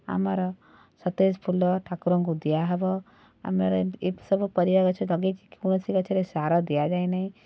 ଆମର ସତେଜ ଫୁଲ ଠାକୁରଙ୍କୁ ଦିଆହବ ଆମର ଏମିତି ସବୁ ପରିବାଗଛ ଲଗେଇଛି କୌଣସି ଗଛରେ ସାର ଦିଆଯାଏ ନାହିଁ